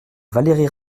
valérie